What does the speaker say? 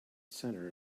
center